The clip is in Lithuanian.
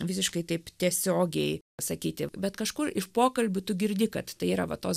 visiškai taip tiesiogiai sakyti bet kažkur iš pokalbių tu girdi kad tai yra va tos